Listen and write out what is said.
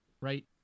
right